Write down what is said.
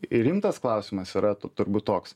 ir rimtas klausimas yra turbūt toks